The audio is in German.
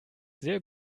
sehr